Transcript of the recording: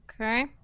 okay